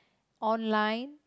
online